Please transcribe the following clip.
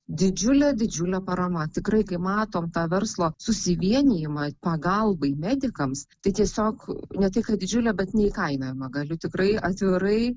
didžiulė didžiulė parama tikrai kai matom tą verslo susivienijimą pagalbai medikams tai tiesiog ne tai kad didžiulė bet neįkainojama galiu tikrai atvirai